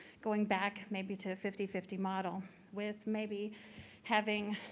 going back maybe to a fifty fifty model with maybe having,